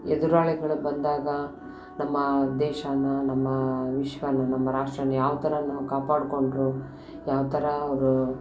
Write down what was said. ಎದುರಾಳಿಗಳು ಬಂದಾಗ ನಮ್ಮ ದೇಶಾನ ನಮ್ಮ ವಿಶ್ವನ್ನ ನಮ್ಮ ರಾಷ್ಟ್ರನ್ನ ಯಾವ ಥರ ನಮಗೆ ಕಾಪಾಡಿಕೊಂಡ್ರು ಯಾವ ಥರ ಅವರು